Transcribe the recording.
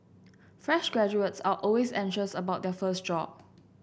fresh graduates are always anxious about their first job